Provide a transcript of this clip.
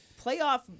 playoff